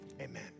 amen